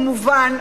כמובן,